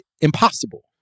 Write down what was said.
impossible